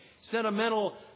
sentimental